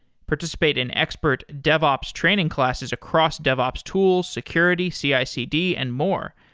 participate in expert devops training classes across devops tools, security, cicd and more,